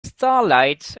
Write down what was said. starlight